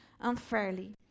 unfairly